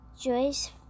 Joyce